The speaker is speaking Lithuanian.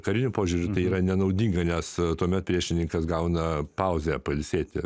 kariniu požiūriu tai yra nenaudinga nes tuomet priešininkas gauna pauzę pailsėti